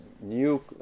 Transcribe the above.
new